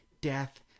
death